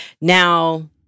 now